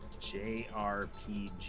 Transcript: JRPG